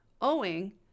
owing